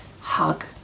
hug